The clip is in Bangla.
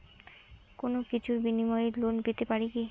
কোনো কিছুর বিনিময়ে লোন পেতে পারি কি?